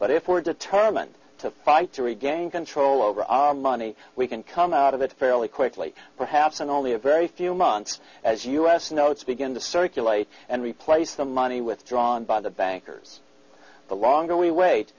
but if we're determined to fight to regain control over our money we can come out of it fairly quickly perhaps in only a very few months as us notes begin to circulate and replace the money withdrawn by the bankers the longer we wait